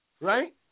right